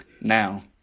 Now